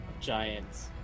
giants